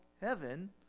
heaven